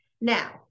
Now